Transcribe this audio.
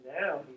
now